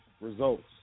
results